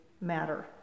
matter